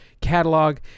catalog